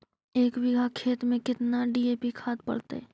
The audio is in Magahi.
एक बिघा खेत में केतना डी.ए.पी खाद पड़तै?